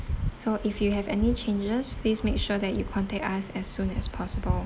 so if you have any changes please make sure that you contact us as soon as possible